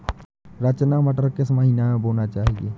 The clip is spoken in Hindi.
रचना मटर किस महीना में बोना चाहिए?